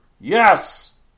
Yes